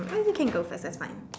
alright you can go first I fine